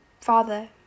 father